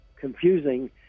confusing